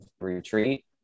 retreat